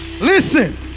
Listen